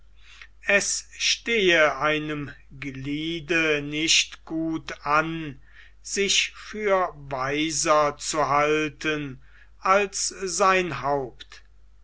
es stehe einem gliede nicht gut an sich für weiser zuhalten als sein haupt